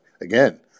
again